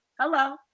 Hello